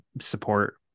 support